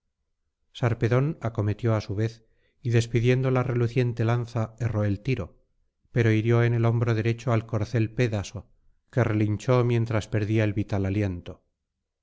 sarpedón acometió á su vez y despidiendo la reluciente lanza erró el tiro pero hirió en el hombro derecho al corcel pédaso que relinchó mientras perdía el vital aliento